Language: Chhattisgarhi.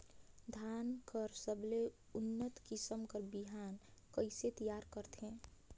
धान कर सबले उन्नत किसम कर बिहान कइसे तियार करथे?